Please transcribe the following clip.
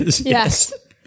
Yes